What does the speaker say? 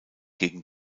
gegen